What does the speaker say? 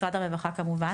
משרד הרווחה כמובן.